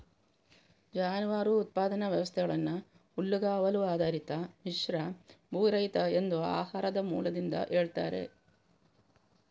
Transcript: ಜಾನುವಾರು ಉತ್ಪಾದನಾ ವ್ಯವಸ್ಥೆಗಳನ್ನ ಹುಲ್ಲುಗಾವಲು ಆಧಾರಿತ, ಮಿಶ್ರ, ಭೂರಹಿತ ಎಂದು ಆಹಾರದ ಮೂಲದಿಂದ ಹೇಳ್ತಾರೆ